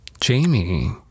Jamie